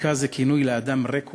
ריקא זה כינוי לאדם ריק ופוחז,